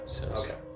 Okay